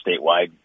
statewide